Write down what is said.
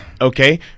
Okay